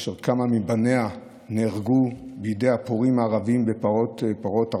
אשר כמה מבניה נהרגו בידי הפורעים הערבים בפרעות תרפ"ט.